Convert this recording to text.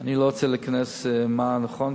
אני לא רוצה להיכנס מה נכון,